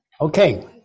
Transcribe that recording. Okay